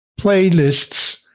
Playlists